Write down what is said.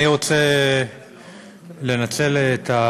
תודה רבה, אני רוצה לנצל את הבמה